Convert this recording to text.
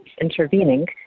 intervening